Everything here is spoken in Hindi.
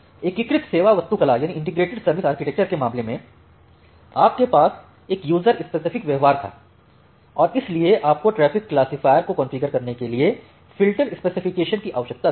एकीकृत सेवा वास्तुकला के मामले में आपके पास यह यूजर स्पेसिफिक व्यवहार था और इसीलिए आपको ट्रैफ़िक क्लासीफायर को कॉन्फ़िगर करने के लिए फ़िल्टर स्पेसिफिकेशन की आवश्यकता थी